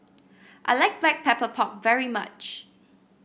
I like Black Pepper Pork very much